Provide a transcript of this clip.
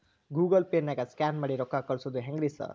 Google ಪೇನಾಗ scan ಮಾಡಿ ರೊಕ್ಕಾ ಕಳ್ಸೊದು ಹೆಂಗ್ರಿ ಸಾರ್?